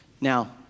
Now